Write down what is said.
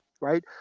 right